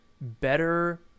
better